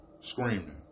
screaming